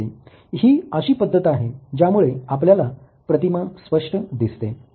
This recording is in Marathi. हि अशी पद्धत आहे ज्यामुळे आपल्याला प्रतिमा स्पष्ट दिसते